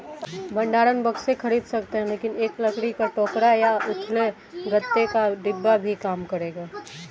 भंडारण बक्से खरीद सकते हैं लेकिन एक लकड़ी का टोकरा या उथले गत्ते का डिब्बा भी काम करेगा